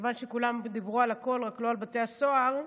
מכיוון שכולם דיברו על הכול, רק לא על בתי הסוהר,